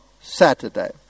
Saturday